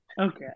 Okay